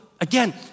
again